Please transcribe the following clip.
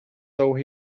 though